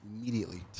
Immediately